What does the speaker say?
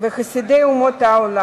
וחסידי אומות העולם